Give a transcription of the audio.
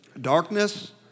Darkness